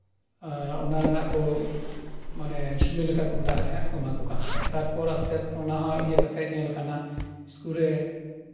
ᱚᱱᱟ ᱨᱮᱱᱟᱜ ᱢᱟᱱᱮ ᱥᱩᱲᱟᱹ ᱨᱮᱱᱟᱜ ᱠᱚ ᱵᱮᱱᱟᱣ ᱮᱜ ᱛᱟᱦᱮᱱ ᱟᱨᱠᱚ ᱮᱢᱟ ᱠᱚ ᱠᱟᱱ ᱛᱟᱦᱮᱸᱜ ᱛᱟᱨᱯᱚᱨ ᱟᱥᱛᱮ ᱟᱥᱛᱮ ᱚᱱᱟ ᱤᱭᱟᱹ ᱠᱟᱛᱮᱜ ᱧᱮᱞ ᱠᱟᱱᱟ ᱤᱥᱠᱩᱞ ᱨᱮ